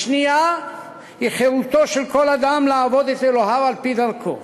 השנייה היא חירותו של כל אדם לעבוד את אלוהיו על-פי דרכו,